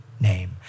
name